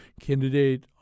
candidate